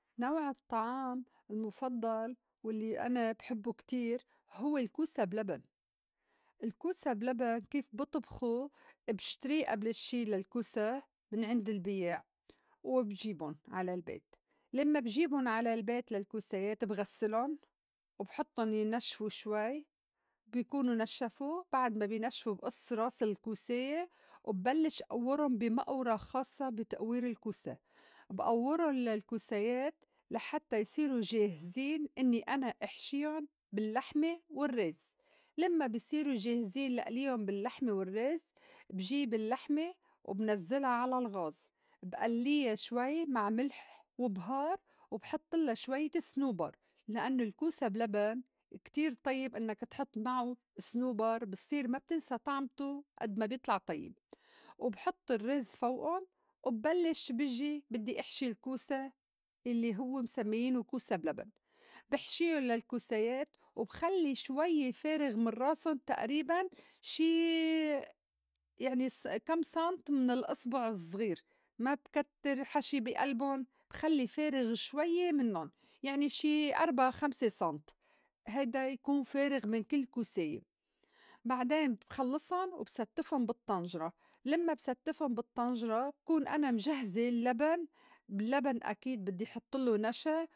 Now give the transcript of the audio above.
نوع الطّعام المُفضّل والّي أنا بحبّو كتير هوّ الكوسا بلبن، الكوسا بلبن كيف بطبخوا؟ بِشْتري أبل الشّي للكوسا من عند البيّاع وبجيبُن على البيت لمّا بجيبُن على البيت للكوسيات بغسٍلُن وبحطُن ينَشْفو شوي بي كونو نشّفو، بعد ما ينشفو بئُص راس الكوساية وبلّش أّوّرُن بي مئورة خاصّة بي تِأوير الكوسا، بأوّر للكوسايات لحتّى يصيروا جاهزين إنّي أنا أحشيُّن بالّحمة والرّز. لمّا بي صيرو جاهزين لأليُن بالّحمة والرّز بجيب اللّحمة وبنزِّلا على الغاز بألّيا شوي مع ملح وبهار وبحُطلّا شويّة صنوبر لإنو الكوسا بلبن كتير طيب إنّك تحط معو صنوبر بتصير ما بتنسى طعمتو أد ما بيطلع طيّب، وبحط الرّز فوئُن وبلّش بيجي بدّي إحشي الكوسا الّي هوّ مسماينو كوسا بلبن، بحشيُن للكوسايات وبخلّي شوي فارغ من راسُن تئريباً شي يعني س- كم سانت من الأصبُع الزغير ما بكتّر حشي بي ألبُن بخلّي فارغ شويّة مِنُّن يعني شي أربعة خمسة سانت هيدا يكون فارغ من كل كوساية بعدين بخلّصُن وبستّفُن بالطّنجرة، لمّا بستّفُن بالطْنجرة كون أنا مجهزة اللّبن لبن أكيد بدّي حُطلّو نشا.